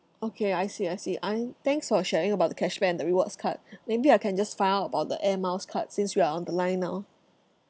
okay I see I see uh thanks for sharing about the cashback and the rewards card maybe I can just find out about the air miles card since we are on the line now